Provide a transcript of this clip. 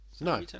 no